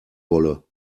wolle